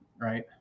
right